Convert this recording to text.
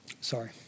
Sorry